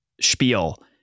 spiel